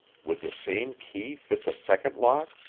would the same key fit the second lock,